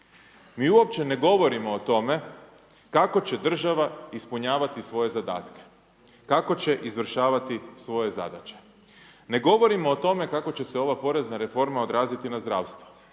Mi uopće ne govorimo o tome kako će država ispunjavati svoje zadatke. Kako će izvršavati svoje zadaće. Ne govorimo o tome kako će se porezna reforma odraziti na zdravstvo.